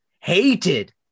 hated